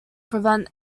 prevent